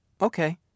Okay